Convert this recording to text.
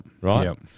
Right